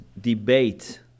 debate